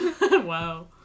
Wow